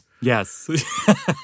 Yes